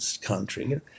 country